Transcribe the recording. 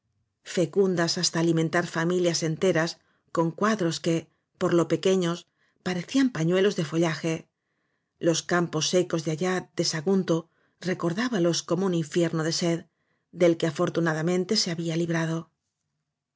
fecundas hasta alimentar familias en teras con cuadros que por lo pequeños pare cían pañuelos de follaje los campos secos de allá de sagunto recordábalos como un infierno de sed del que afortunadamente se había librado